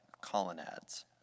colonnades